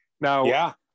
Now